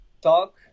talk